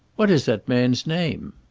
what is that man's name?